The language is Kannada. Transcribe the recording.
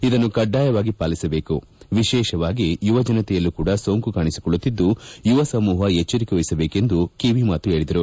ಇದನ್ನು ಕಡ್ಡಾಯವಾಗಿ ಪಾಲಿಸಬೇಕು ವಿಶೇಷವಾಗಿ ಯುವ ಜನತೆಯಲ್ಲೂ ಕೂಡ ಸೋಂಕು ಕಾಣಿಸಿಕೊಳ್ಳುತ್ತಿದ್ದು ಯುವ ಸಮೂಹ ಎಚ್ಚರಿಕೆ ವಹಿಸಬೇಕೆಂದು ಕಿವಿಮಾತು ಹೇಳಿದರು